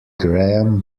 graham